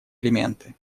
элементы